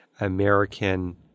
American